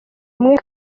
ubumwe